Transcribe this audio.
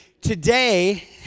Today